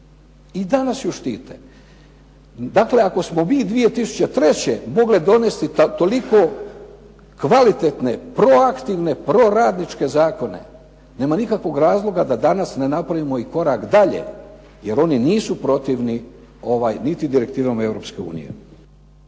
i danas sindikati štite. Dakle, ako smo mi 2003. mogli donesti toliko kvalitetne, proaktivne, proradničke zakone, nema nikakvog razloga da danas ne napravimo i korak dalje jer oni nisu protivni niti direktivama